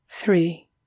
Three